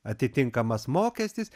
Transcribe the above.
atitinkamas mokestis